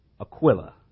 Aquila